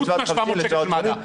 זה פרט ל-700 שקל למד"א?